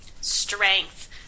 strength